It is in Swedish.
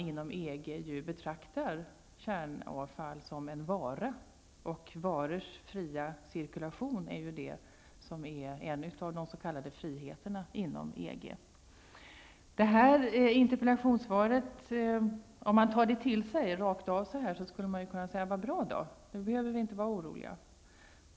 Inom EG betraktas kärnkraftsavfall som en vara, och varors fria cirkulation är en av de s.k. Om man tar till sig svaret rakt av skulle man kunna säga: ''Så bra då. Då behöver vi inte vara oroliga.''